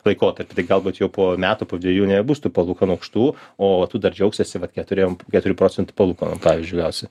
laikotarpį tai galbūt jau po metų po dvejų nebebus tų palūkanų aukštų o tu dar džiaugsiesi vat keturiem keturi procentai palūkanom pavyzdžiui gausi